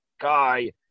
guy